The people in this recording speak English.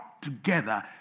together